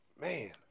man